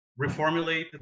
reformulate